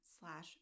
slash